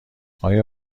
آیا